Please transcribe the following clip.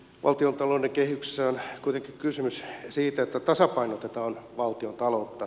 valtiontalouden kehyksissä on kuitenkin kysymys siitä että tasapainotetaan valtiontaloutta